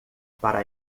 para